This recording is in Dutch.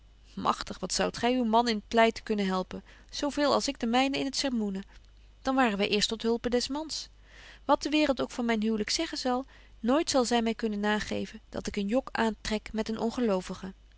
magtig wat zoudt gy uw man in het pleiten kunnen helpen zo veel als ik den mynen in het sermoenen dan waren wy eerst tot hulpe des mans wat de waereld ook van myn huwlyk zeggen zal nooit zal zy my kunnen nageven dat ik een jok aantrek met een